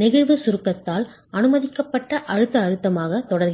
நெகிழ்வு சுருக்கத்தால் அனுமதிக்கப்பட்ட அழுத்த அழுத்தமாகத் தொடர்கிறது